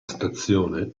stazione